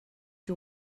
you